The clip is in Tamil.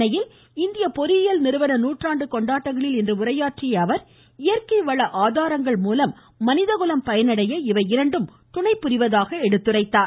சென்னையில் இந்திய பொறியியல் நிறுவன நூற்றாண்டு கொண்டாட்டங்களில் இன்று உரையாற்றிய அவர் இயற்கை வள ஆதாரங்கள் மூலம் மனிதகுலம் பயனடைய இவை இரண்டும் துணை புரிவதாக சுட்டிக்காட்டினார்